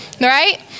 right